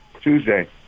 Tuesday